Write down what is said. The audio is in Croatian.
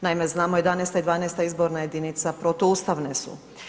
Naime, znamo 11. i 12. izborna jedinica protuustavne su.